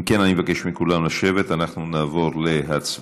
אם כן, אני מבקש מכולם לשבת, אנחנו נעבור להצבעה.